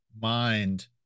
mind